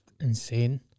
insane